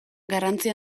garrantzi